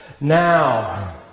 Now